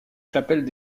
chapelles